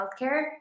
healthcare